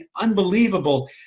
unbelievable